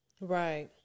Right